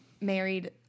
married